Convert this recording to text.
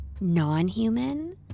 non-human